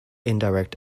indirect